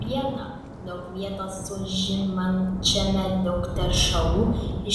viena daug vietos užimančiame daug teršalų